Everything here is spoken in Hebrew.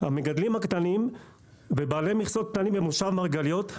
המגדלים הקטנים ובעלי מכסות קטנים במושב מרגליות,